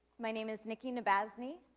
my name is nicki nabasny,